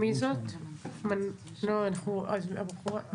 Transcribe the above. רם בן ברק,